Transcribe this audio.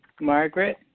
Margaret